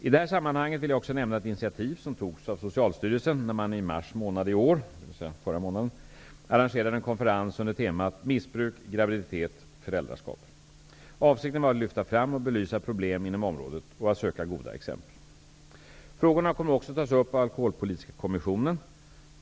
I det här sammanhanget vill jag också nämna ett initiativ som togs av Socialstyrelsen när man i mars månad i år arrangerade en konferens under temat Missbruk -- graviditet -- föräldraskap. Avsikten var att lyfta fram och belysa problem inom området och att söka goda exempel. Frågorna kommer också att tas upp av Alkoholpolitiska kommissionen .